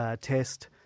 Test